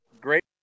great